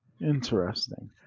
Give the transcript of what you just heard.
interesting